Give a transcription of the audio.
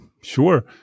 sure